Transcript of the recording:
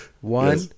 One